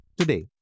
today